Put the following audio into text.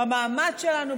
במאמץ שלנו,